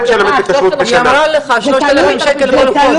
היא אמרה, 3,000 כל חודש.